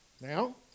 Now